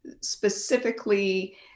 specifically